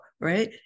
right